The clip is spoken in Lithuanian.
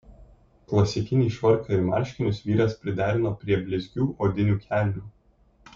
klasikinį švarką ir marškinius vyras priderino prie blizgių odinių kelnių